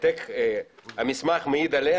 העתק המסמך המעיד עליה,